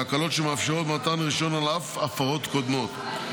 והקלות שמאפשרות מתן רישיון על אף הפרות קודמות.